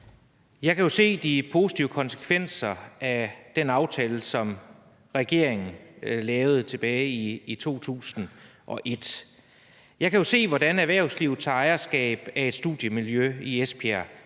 Jeg kan jo se de positive konsekvenser af den aftale, som regeringen lavede tilbage i 2001. Jeg kan jo se, hvordan erhvervslivet tager ejerskab af et studiemiljø i Esbjerg